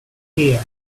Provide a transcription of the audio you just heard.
here